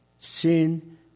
sin